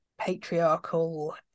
patriarchal